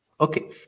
Okay